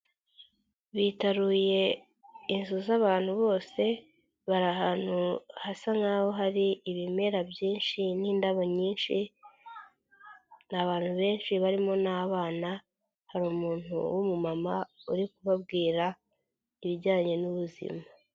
Bitaruye inzu z'abantu bose, bari ahantu hasa nkaho hari ibimera byinshi n'indabo nyinshi, ni abantu benshi barimo n'abana hari umuntu w'umumama uri kubabwira ibijyanye n'ubuzima.